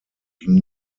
ging